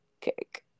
cake